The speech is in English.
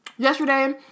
Yesterday